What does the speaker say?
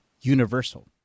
universal